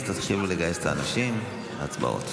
אז תתחילו לגייס את האנשים להצבעות.